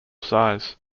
size